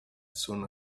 soon